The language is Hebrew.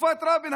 בתקופת רבין,